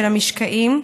של המשקעים,